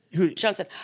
Johnson